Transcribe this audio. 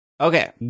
Okay